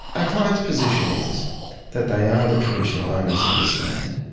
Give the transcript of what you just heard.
our clients' position is that they are the traditional owners of this land,